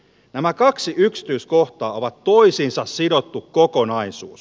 nämä kaksi yksityiskohtaa ovat toisiinsa sidottu kokonaisuus